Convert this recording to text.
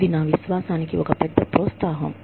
ఇది నా విశ్వాసానికి ఒక పెద్ద ప్రోత్సాహం